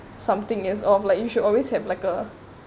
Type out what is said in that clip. something is off like you should always have like a